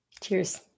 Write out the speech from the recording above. Cheers